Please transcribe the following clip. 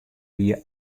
wie